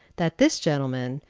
that this gentleman,